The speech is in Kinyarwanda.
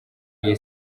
iyi